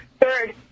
Third